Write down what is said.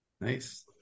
nice